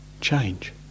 change